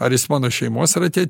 ar jis mano šeimos rate